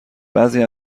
بعضی